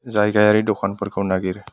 जायगायारि दखानफोरखौ नागिर